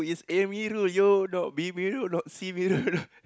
Amirul you not B Mirul not C Mirul